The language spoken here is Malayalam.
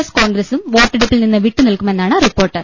എസ് കോൺഗ്രസും വോട്ടെടുപ്പിൽ നിന്ന് വിട്ടു നിൽക്കുമെന്നാണ് റിപ്പോർട്ട്